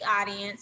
audience